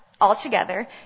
Altogether